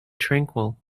tranquil